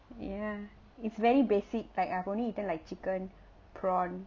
ya it's very basic like I've only eaten like chicken prawn